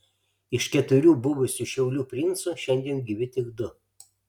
iš keturių buvusių šiaulių princų šiandien gyvi tik du